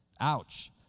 Ouch